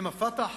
הם ה"פתח"?